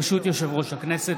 ברשות יושב-ראש הכנסת,